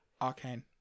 Arcane